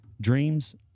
dreams